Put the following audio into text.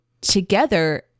together